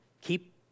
keep